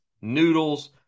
noodles